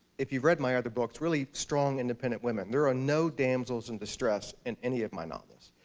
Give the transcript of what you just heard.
if you've read my other books, really strong, independent women. there are no damsels in distress in any of my novels.